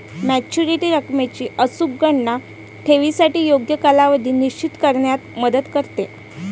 maturity रकमेची अचूक गणना ठेवीसाठी योग्य कालावधी निश्चित करण्यात मदत करते